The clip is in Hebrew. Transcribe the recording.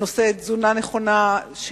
בנושא תזונה נכונה,